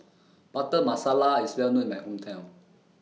Butter Masala IS Well known in My Hometown